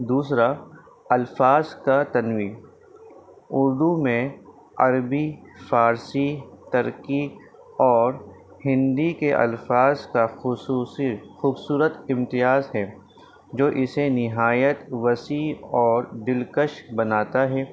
دوسرا الفاظ کا تنوع اردو میں عربی فارسی ترکی اور ہندی کے الفاظ کا خصوصی خوبصورت امتزاج ہے جو اسے نہایت وسیع اور دلکش بناتا ہے